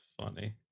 funny